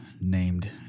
named